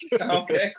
okay